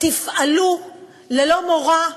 תפעלו ללא מורא,